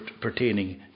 pertaining